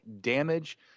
damage